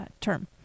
term